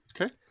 Okay